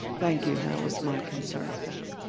thank you. that was my concern. thanks.